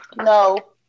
no